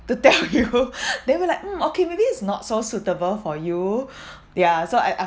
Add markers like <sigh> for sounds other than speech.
to tell you <laughs> then we're like mm okay maybe it's not so suitable for you <breath> ya so I